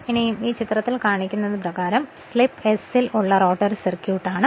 ഇപ്പോൾ ചിത്രം 6 കാണിക്കുന്നത് സ്ലിപ് S ഇൽ ഉള്ള റോട്ടർ സർക്യൂട്ട് ആണ്